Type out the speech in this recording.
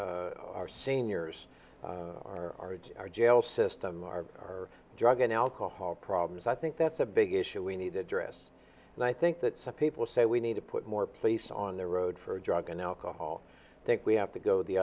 our seniors are our jail system our drug and alcohol problems i think that's a big issue we need to address and i think that some people say we need to put more police on the road for drug and alcohol i think we have to go the